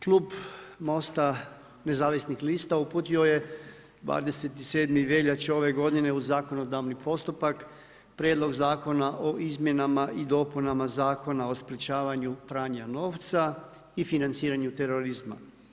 Klub MOST-a nezavisnih lista uputio je 27. veljače ove godine u zakonodavni postupak prijedlog Zakona o izmjenama i dopuna Zakona o sprečavanju pranja novca i financiranju terorizma.